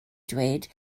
ddweud